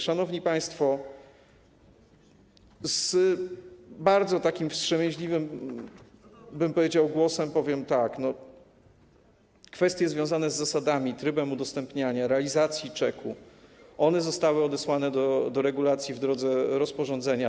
Szanowni państwo, takim bardzo wstrzemięźliwym, bym powiedział, głosem ujmę to tak: kwestie związane z zasadami, trybem udostępniania, realizacji czeku zostały odesłane do regulacji w drodze rozporządzenia.